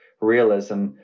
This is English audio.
realism